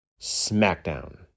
Smackdown